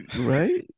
Right